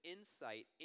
insight